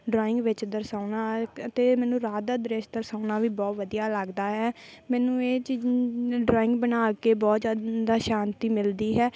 drawing ਵਿੱਚ ਦਰਸਾਉਣਾ ਅਤੇ ਮੈਨੂੰ ਰਾਤ ਦਾ ਦ੍ਰਿਸ਼ ਦਰਸਾਉਂਣਾ ਵੀ ਬਹੁਤ ਵਧੀਆ ਲੱਗਦਾ ਹੈ ਮੈਨੂੰ ਇਹ ਚੀਜ਼ ਡਰਾਇੰਗ ਬਣਾ ਕੇ ਬਹੁਤ ਜ਼ਿਆਦਾ ਸ਼ਾਂਤੀ ਮਿਲਦੀ ਹੈ